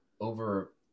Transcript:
Over